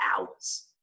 hours